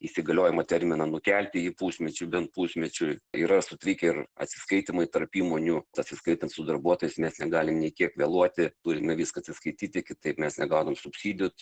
įsigaliojimo terminą nukelti jį pusmečiu bent pusmečiui yra sutrikę ir atsiskaitymai tarp įmonių atsiskaitant su darbuotojais nes negali nei kiek vėluoti turime viską atsiskaityti kitaip mes negaunam subsidijų